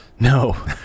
No